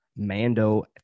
Mando